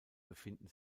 befinden